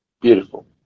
beautiful